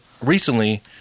recently